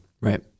Right